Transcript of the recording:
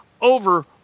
over